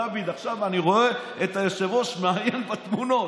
דוד, עכשיו אני רואה את היושב-ראש מעיין בתמונות.